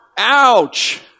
Ouch